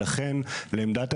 חבר הכנסת גפני.